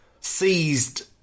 seized